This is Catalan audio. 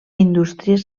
indústries